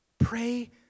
Pray